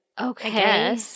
Okay